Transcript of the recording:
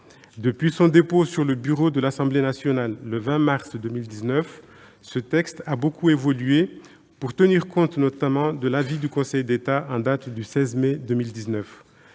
Depuis son dépôt sur le bureau de l'Assemblée nationale, le 20 mars 2019, ce texte a beaucoup évolué, pour tenir compte, notamment, de l'avis du Conseil d'État en date du 16 mai 2019.